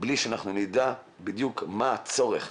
בלי שנדע בדיוק מה הצורך.